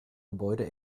gebäude